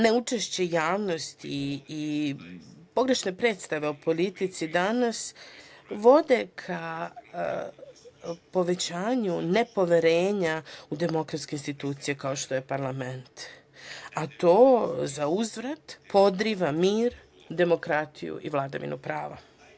Neučešće javnosti i pogrešne predstave o politici danas vode ka povećanju nepoverenja u demokratske institucije kao što je parlament, a to za uzvrat podriva mir, demokratiju i vladavinu prava.